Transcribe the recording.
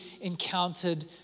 encountered